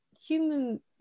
human